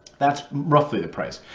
that's roughly the price.